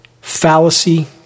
fallacy